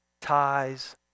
ties